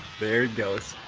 there it goes,